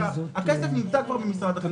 הכסף נמצא כבר במשרד החינוך.